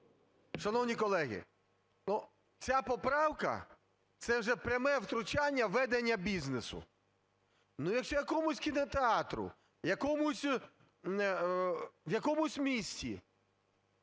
Шановні колеги, ця поправка – це вже пряме втручання у ведення бізнесу. Ну, якщо якомусь кінотеатру в якомусь місті